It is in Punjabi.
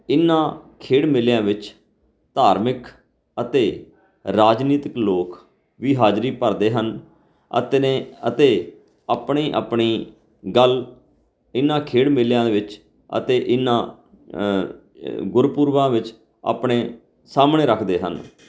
ਇਨ੍ਹਾਂ ਖੇਡ ਮੇਲਿਆਂ ਵਿੱਚ ਧਾਰਮਿਕ ਅਤੇ ਰਾਜਨੀਤਿਕ ਲੋਕ ਵੀ ਹਾਜ਼ਰੀ ਭਰਦੇ ਹਨ ਅਤੇ ਨੇ ਅਤੇ ਆਪਣੀ ਆਪਣੀ ਗੱਲ ਇਹਨਾਂ ਖੇਡ ਮੇਲਿਆਂ ਵਿੱਚ ਅਤੇ ਇਹਨਾਂ ਗੁਰਪੁਰਬਾਂ ਵਿੱਚ ਆਪਣੇ ਸਾਹਮਣੇ ਰੱਖਦੇ ਹਨ